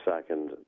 second